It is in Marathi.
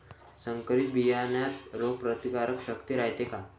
संकरित बियान्यात रोग प्रतिकारशक्ती रायते का?